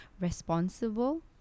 responsible